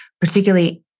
particularly